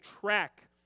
track